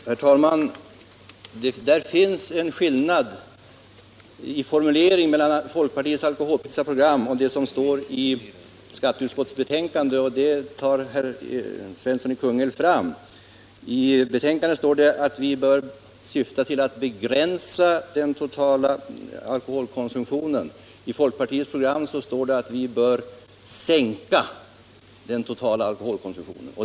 Herr talman! Det finns en skillnad i formuleringen mellan vad som står i folkpartiets alkoholpolitiska program och det som står i skatteutskottets betänkande, och den skillnaden tar herr Svensson i Kungälv fram. I betänkandet sägs att vi bör syfta till att begränsa den totala alkoholkonsumtionen. I folkpartiets program står det att vi bör minska den totala alkoholkonsumtionen.